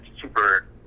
super